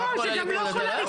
זה גם לא כל הליכוד.